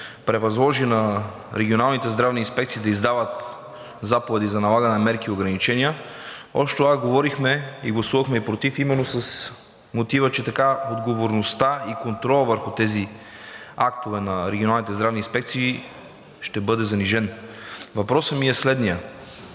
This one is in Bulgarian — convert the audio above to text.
превъзложи, на регионалните здравни инспекции да издават заповеди за налагане на мерки и ограничения, още тогава говорихме и гласувахме против именно с мотива, че така отговорността и контролът върху тези актове на регионалните здравни инспекции ще бъдат занижени. Въпросът ми е следният: